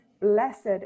blessed